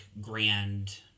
grand